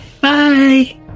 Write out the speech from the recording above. Bye